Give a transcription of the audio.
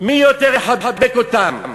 מי יותר יחבק אותם.